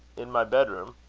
in my bed-room?